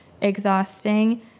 exhausting